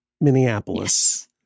Minneapolis